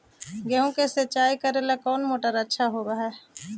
गेहुआ के सिंचाई करेला कौन मोटरबा अच्छा होतई?